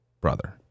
brother